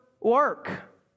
work